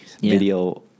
video